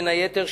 בין היתר,